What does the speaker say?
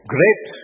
Great